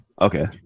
Okay